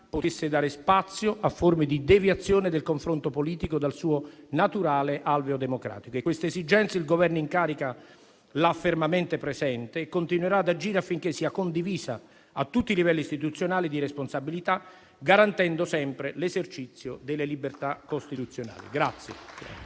potesse dare spazio a forme di deviazione del confronto politico dal suo naturale alveo democratico. Questa esigenza il Governo in carica l'ha fermamente presente e continuerà ad agire affinché sia condivisa a tutti i livelli istituzionali di responsabilità, garantendo sempre l'esercizio delle libertà costituzionali.